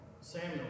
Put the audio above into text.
Samuel